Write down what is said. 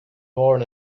born